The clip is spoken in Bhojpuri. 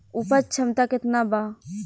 उपज क्षमता केतना वा?